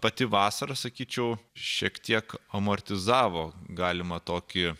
pati vasara sakyčiau šiek tiek amortizavo galimą tokį